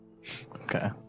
okay